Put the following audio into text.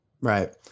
Right